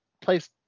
place